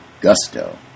gusto